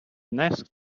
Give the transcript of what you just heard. next